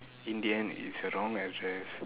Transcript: in the end it's a wrong address